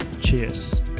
Cheers